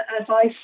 advice